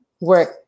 work